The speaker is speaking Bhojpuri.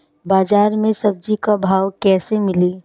बाजार मे सब्जी क भाव कैसे मिली?